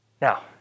Now